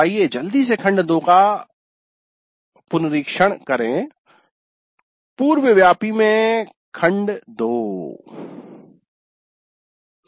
तो आइए जल्दी से खंड 2 का पुनरीक्षण करें खंड 2 का अनुदर्शन